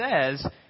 says